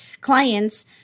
clients